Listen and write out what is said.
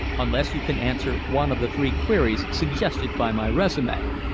unless you can answer one of the three queries suggested by my resume.